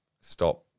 stop